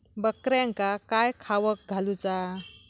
बकऱ्यांका काय खावक घालूचा?